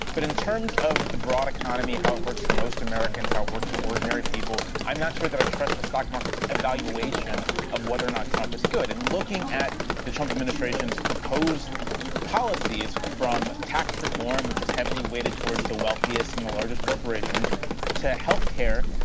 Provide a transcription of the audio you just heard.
but in terms of the broad economy, how it works for most americans, how it works for ordinary people, i'm not sure that i trust the stock market's evaluation of whether or not trump is good. and looking at the trump administration's proposed policies from tax reform which is heavily weighted towards the wealthiest and the largest corporations to health care,